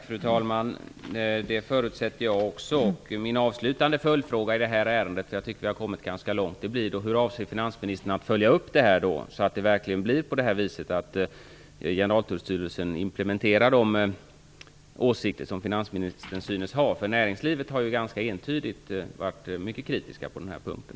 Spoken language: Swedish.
Fru talman! Det förutsätter jag också. Min avslutande följdfråga i det här ärendet, som jag tycker att vi har kommit ganska långt i, blir då: Hur avser finansministern att följa upp det här, så att det verkligen blir så att Generaltullstyrelsen implementerar de åsikter som finansministern synes ha? Näringslivet har ju ganska entydigt varit mycket kritiska på den här punkten.